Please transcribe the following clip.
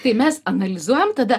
tai mes analizuojam tada